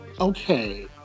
okay